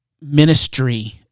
ministry